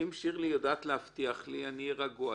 אם שירלי יודעת להבטיח לי, אני אהיה רגוע.